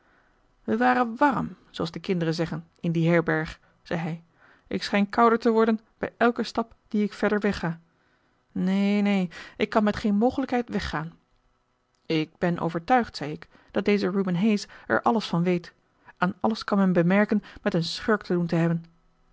wij waren warm zooals de kinderen zeggen in die herberg zei hij ik schijn kouder te worden bij elken stap dien ik verder wegga neen neen ik kan met geen mogelijkheid weggaan ik ben overtuigd zei ik dat deze reuben hayes er alles van weet aan alles kan men bemerken met een schurk te doen te hebben